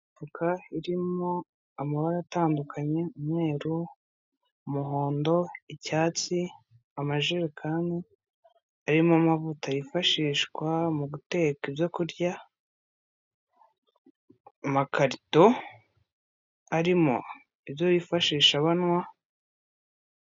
Imifuka irimo amabara atandukanye, umweru, umuhondo, icyatsi, amajerekani arimo amavuta yifashishwa mu guteka ibyo kurya, amakarito arimo ibyo bifashisha banywa.